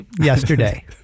yesterday